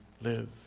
live